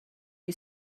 you